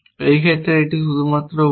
এই ক্ষেত্রে এটি শুধুমাত্র Y